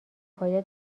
پایدار